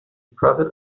prophet